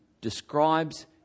describes